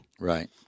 Right